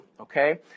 okay